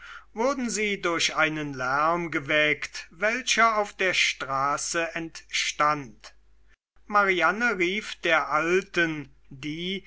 wurden sie durch einen lärm geweckt welcher auf der straße entstand mariane rief der alten die